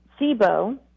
SIBO